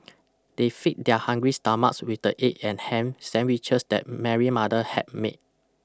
they feed their hungry stomachs with the egg and ham sandwiches that Mary mother had made